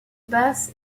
basse